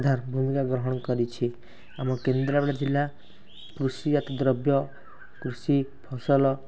ପ୍ରଧାନ ଭୂମିକା ଗ୍ରହଣ କରିଛି ଆମ କେନ୍ଦ୍ରାପଡ଼ା ଜିଲ୍ଲା କୃଷିଜାତ ଦ୍ରବ୍ୟ କୃଷି ଫସଲ